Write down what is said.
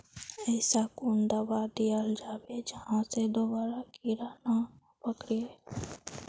ऐसा कुन दाबा दियाल जाबे जहा से दोबारा कीड़ा नी पकड़े?